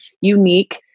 unique